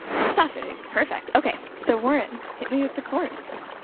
musafir, perfect. okay, so warren, hit me with the chords.